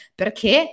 perché